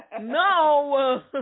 No